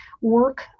work